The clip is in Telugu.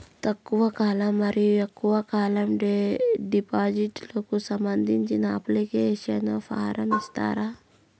తక్కువ కాలం మరియు ఎక్కువగా కాలం డిపాజిట్లు కు సంబంధించిన అప్లికేషన్ ఫార్మ్ ఇస్తారా?